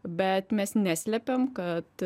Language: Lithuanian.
bet mes neslepiam kad